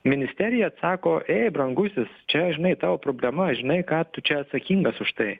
ministerija sako ei brangusis čia žinai tavo problema žinai ką tu čia atsakingas už tai